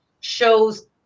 shows